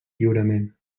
lliurement